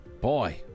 Boy